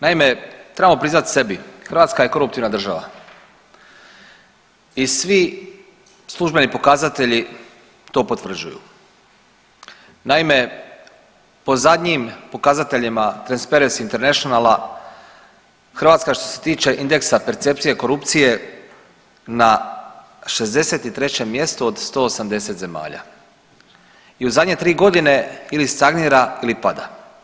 Naime, trebamo priznat sebi Hrvatska je koruptivna država i svi službeni pokazatelji to potvrđuju, naime po zadnjim pokazateljima Transparency Internationala Hrvatska je što se tiče indeksa percepcije korupcije na 63. mjestu od 180 zemalja i u zadnje 3.g. ili stagnira ili pada.